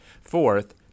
Fourth